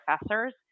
professors